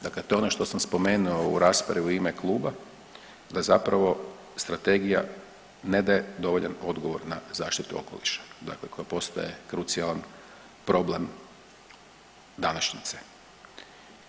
Dakle, to je ono što sam spomenuo u raspravi u ime kluba da zapravo strategija ne daje dovoljan odgovor na zaštitu okoliša, dakle koja postaje krucijalan problem današnjice.